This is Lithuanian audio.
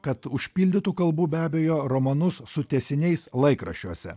kad užpildytų kalbu be abejo romanus su tęsiniais laikraščiuose